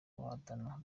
bahatana